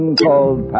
called